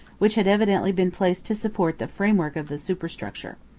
which had evidently been placed to support the framework of the superstructure.